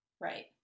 right